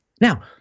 Now